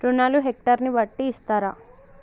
రుణాలు హెక్టర్ ని బట్టి ఇస్తారా?